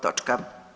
Točka.